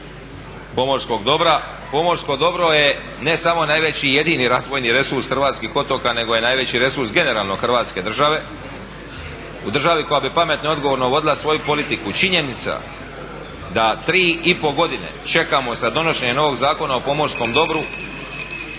Pomorsko dobro je ne samo najveći i jedini razvojni resurs hrvatskih otoka nego je najveći resurs generalno Hrvatske države. U državi koja bi pametno i odgovorno vodila svoju politiku činjenica da 3,5 godine čekamo za donošenje novog Zakona o pomorskom dobru